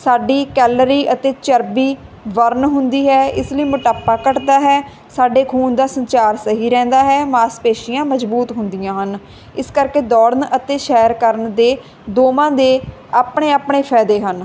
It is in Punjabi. ਸਾਡੀ ਕੈਲਰੀ ਅਤੇ ਚਰਬੀ ਵਰਨ ਹੁੰਦੀ ਹੈ ਇਸ ਲਈ ਮੋਟਾਪਾ ਘੱਟਦਾ ਹੈ ਸਾਡੇ ਖੂਨ ਦਾ ਸੰਚਾਰ ਸਹੀ ਰਹਿੰਦਾ ਹੈ ਮਾਸਪੇਸ਼ੀਆਂ ਮਜ਼ਬੂਤ ਹੁੰਦੀਆਂ ਹਨ ਇਸ ਕਰਕੇ ਦੌੜਨ ਅਤੇ ਸੈਰ ਕਰਨ ਦੇ ਦੋਵਾਂ ਦੇ ਆਪਣੇ ਆਪਣੇ ਫਾਇਦੇ ਹਨ